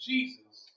Jesus